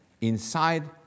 inside